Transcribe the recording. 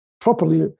properly